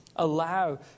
allow